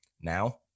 Now